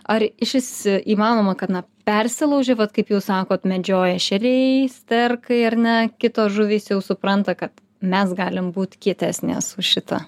ar išvis įmanoma kad na persilauži vat kaip jūs sakot medžioja ešeriai sterkai ar ne kitos žuvys jau supranta kad mes galim būt kietesnės už šitą